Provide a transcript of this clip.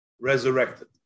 resurrected